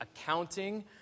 accounting